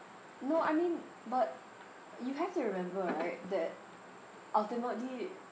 no I mean but you have to remember right that ultimately